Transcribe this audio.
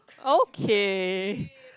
okay